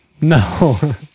No